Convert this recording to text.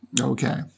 Okay